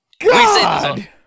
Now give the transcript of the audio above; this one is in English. God